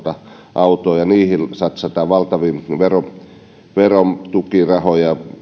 autoa ja niihin satsata valtavia verotukirahoja